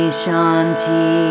shanti